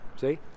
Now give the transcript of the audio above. see